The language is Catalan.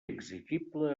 exigible